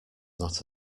not